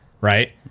right